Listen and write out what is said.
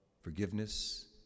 forgiveness